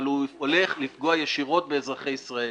אבל הוא הולך לפגוע ישירות באזרחי ישראל.